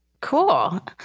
Cool